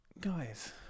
guys